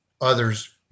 others